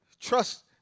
trust